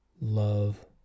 love